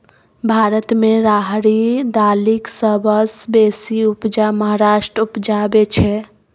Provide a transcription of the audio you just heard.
भारत मे राहरि दालिक सबसँ बेसी उपजा महाराष्ट्र उपजाबै छै